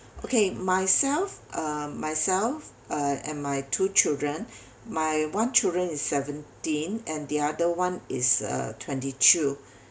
okay myself uh myself uh and my two children my one children is seventeen and the other one is uh twenty two